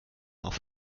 auf